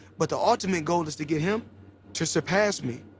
but the ultimate goal is to get him to surpass me.